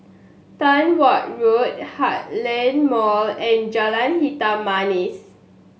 Tong Watt Road Heartland Mall and Jalan Hitam Manis